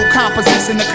composition